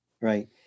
right